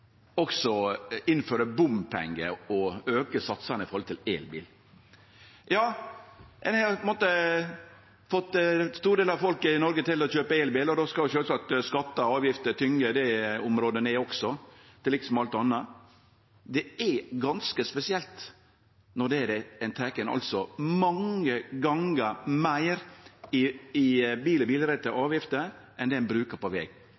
også planlegg å innføre bompengar og auke satsane for elbil. Ein har fått store delar av folket i Noreg til å kjøpe elbil, og då skal sjølvsagt skattar og avgifter tynge også det området ned, til liks med alt anna. Det er ganske spesielt når ein tek inn mange gongar meir i bil- og bilrelaterte avgifter enn det ein brukar på veg.